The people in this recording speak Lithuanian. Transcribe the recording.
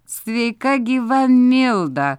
sveika gyva milda